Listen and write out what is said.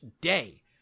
day